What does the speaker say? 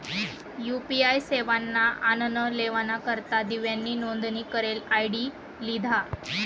UPI सेवाना आनन लेवाना करता दिव्यानी नोंदनी करेल आय.डी लिधा